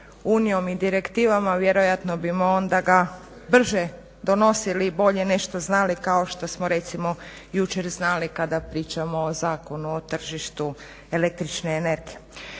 sa EU i direktivama. Vjerojatno bismo ga onda brže donosili i bolje nešto znali kao što smo recimo jučer znali kada pričamo o Zakonu o tržištu električne energije.